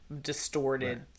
distorted